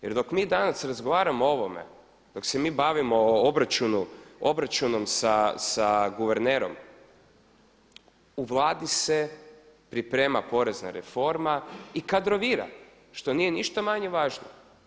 Jer dok mi danas razgovaramo o ovome, dok se mi bavimo obračunom sa guvernerom u Vladi se priprema porezna reforma i kadrovira što nije ništa manje važno.